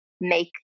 make